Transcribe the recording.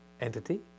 entity